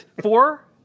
Four